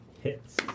hits